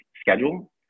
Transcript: schedule